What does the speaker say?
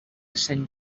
sant